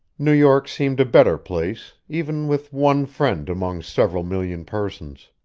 new york seemed a better place, even with one friend among several million persons.